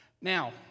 Now